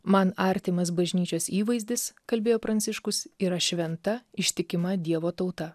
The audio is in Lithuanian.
man artimas bažnyčios įvaizdis kalbėjo pranciškus yra šventa ištikima dievo tauta